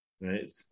right